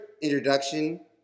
introduction